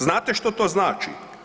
Znate što to znači?